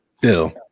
Bill